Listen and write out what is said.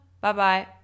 Bye-bye